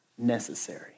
Necessary